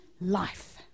life